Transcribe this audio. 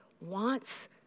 wants